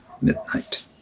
midnight